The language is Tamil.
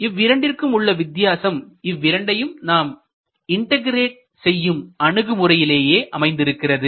இவ்விரண்டிற்கும் உள்ள வித்தியாசம் இவ்விரண்டையும் நாம் இன்டகிரேட் செய்யும் அணுகுமுறையிலேயே அமைந்திருக்கிறது